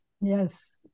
Yes